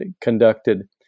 conducted